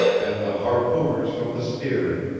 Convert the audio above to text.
and the harpooners from the steerage,